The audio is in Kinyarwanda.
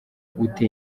ute